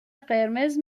قرمز